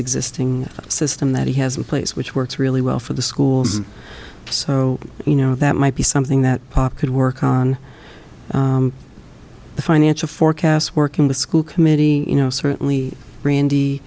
existing system that he has a place which works really well for the schools so you know that might be something that pop could work on the financial forecasts working the school committee you know certainly